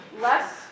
less